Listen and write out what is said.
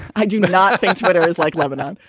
i do not think twitter is like lebanon.